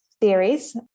theories